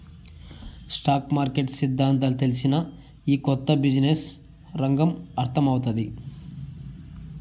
stock market సిద్దాంతాలు తెల్సినా, ఈ కొత్త బిజినెస్ రంగం అర్థమౌతాది